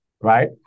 right